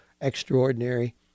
extraordinary